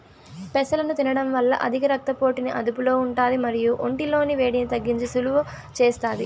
పెసలను తినడం వల్ల అధిక రక్త పోటుని అదుపులో ఉంటాది మరియు ఒంటి లోని వేడిని తగ్గించి సలువ చేస్తాది